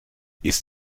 ist